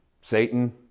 Satan